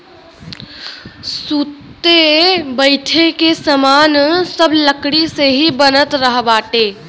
सुते बईठे के सामान सब लकड़ी से ही बनत बाटे